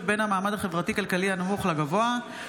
חברי הכנסת אברהם בצלאל,